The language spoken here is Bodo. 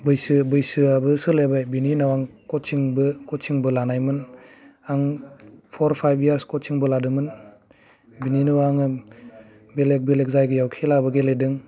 बैसो बैसोआबो सोलायबाय बिनि उनाव आं खसिंबो खसिंबो लानायमोन आं फर फाइभ इयार्स खसिंबो लादोंमोन बिनि उनाव आङो बेलेग बेलेग जायगायाव खेलाबो गेलेदों